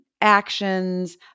actions